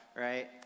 right